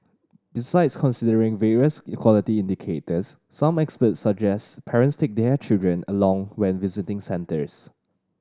besides considering various equality indicators some experts suggest parents take their children along when visiting centres